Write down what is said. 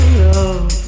love